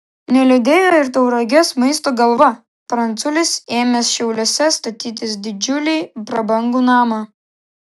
neliūdėjo ir tauragės maisto galva pranculis ėmęs šiauliuose statytis didžiulį prabangų namą